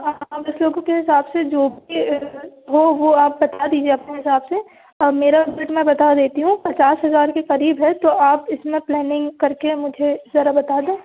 आप दस लोगों के हिसाब से जो भी वो वो आप बता दीजिए अपने हिसाब से मेरा बजट मैं बता देती हूँ पचास हज़ार के करीब है तो आप इसमें प्लैनिंग करके मुझे ज़रा बता दें